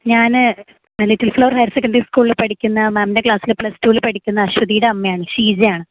ഞാൻ little flower higher secondary സ്കൂളിൽ പഠിക്കുന്ന മാമിൻ്റെ ക്ലാസ്സിൽ പ്ലസ് ടൂൽ പഠിക്കുന്ന അശ്വതീടെ അമ്മയാണ് ഷീജയാണ്